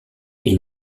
est